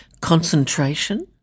concentration